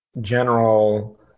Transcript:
general